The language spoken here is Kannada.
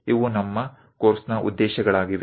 ಇವು ನಮ್ಮ ಕೋರ್ಸ್ ನ ಉದ್ದೇಶಗಳಾಗಿವೆ